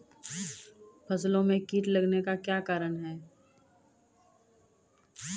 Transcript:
फसलो मे कीट लगने का क्या कारण है?